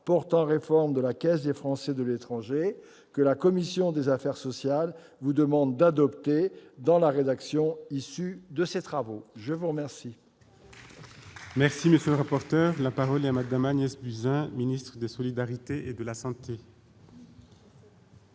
à réforme de la Caisse des Français de l'étranger que la commission des affaires sociales vous demande d'adopter dans la rédaction issue de ses travaux. La parole